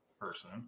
person